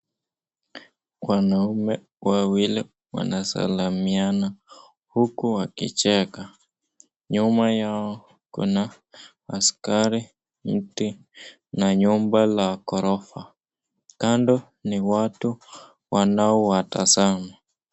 Wanaume wawili wanasalamiana huku wakicheka. Nyuma yao kuna askari, mti na nyumba la gorofa. Kando ni watu wanao watazama.